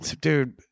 Dude